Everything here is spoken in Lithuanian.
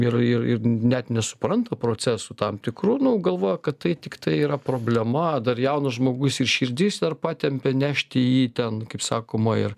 ir ir ir net nesupranta procesų tam tikrų nu galvoja kad tai tiktai yra problema dar jaunas žmogus ir širdis dar patempia nešti jį ten kaip sakoma ir